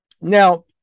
now